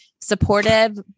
supportive